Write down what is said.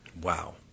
Wow